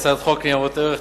הצעת חוק ניירות ערך (תיקון,